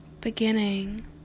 beginning